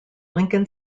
lincoln